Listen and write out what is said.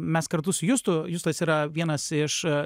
mes kartu su justu justas yra vienas iš